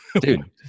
Dude